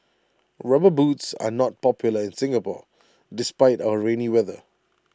rubber boots are not popular in Singapore despite our rainy weather